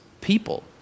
people